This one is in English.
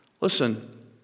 Listen